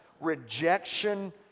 Rejection